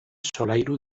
solairu